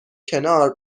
کنار